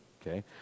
Okay